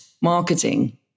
marketing